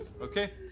Okay